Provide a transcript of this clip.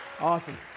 awesome